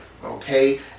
Okay